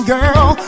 Girl